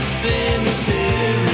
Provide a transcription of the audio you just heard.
cemetery